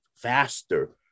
faster